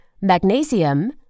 magnesium